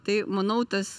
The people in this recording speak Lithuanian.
tai manau tas